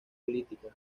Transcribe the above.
política